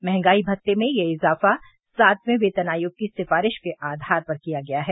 महंगाई भत्ते में यह इज़ाफ़ा सातवें वेतन आयोग की सिफारिश के आधार पर किया गया है